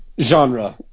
genre